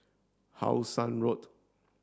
How Sun Road